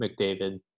McDavid